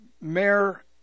Mayor